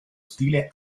stile